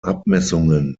abmessungen